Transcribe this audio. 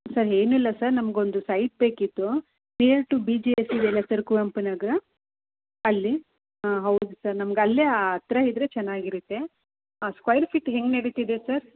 sir ಏನಿಲ್ಲ sir ನಮ್ಗೆ ಒಂದು ಸೈಟ್ ಬೇಕಿತ್ತು near to B G S ಇದೆಯಲ್ಲಾ ಸರ್ ಕುವೆಂಪುನಗರ ಅಲ್ಲಿ ಹಾಂ ಹೌದು ಸರ್ ನಮ್ಗೆ ಅಲ್ಲೇ ಹತ್ರ ಇದ್ದರೆ ಚೆನ್ನಾಗಿರತ್ತೆ ಆ ಸ್ಕ್ವಾಯ್ರ್ ಫೀಟ್ ಹೆಂಗೆ ನಡೀತಿದೆ ಸರ್